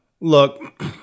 Look